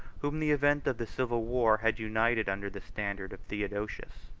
whom the event of the civil war had united under the standard of theodosius.